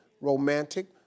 romantic